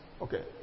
Okay